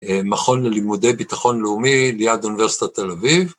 מכון ללימודי ביטחון לאומי ליד אוניברסיטת תל אביב.